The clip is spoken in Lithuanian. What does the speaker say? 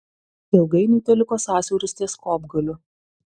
ilgainiui teliko sąsiauris ties kopgaliu